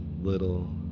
little